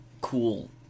cool